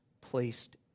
placed